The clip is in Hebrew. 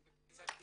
אני בפריצת דיסק,